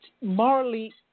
morally